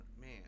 man